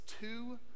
two